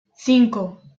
cinco